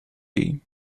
ایم